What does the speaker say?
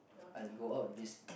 I go out this